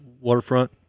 waterfront